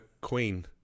Queen